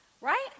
right